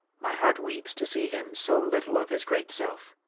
my heart weepes to see him so little, of his great selfe